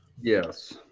yes